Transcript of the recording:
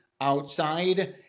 outside